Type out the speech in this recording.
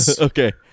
Okay